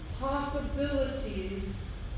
possibilities